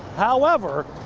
however,